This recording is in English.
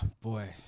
boy